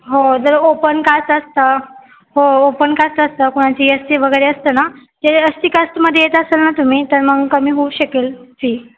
हो जर open caste असतं हो ओपन कास्ट असतं कुणाची एस सी वगैरे असतं ना ते एस सी कास्टमध्ये येत असेल ना तुम्ही तर मग कमी होऊ शकेल फी